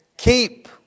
Keep